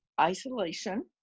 isolation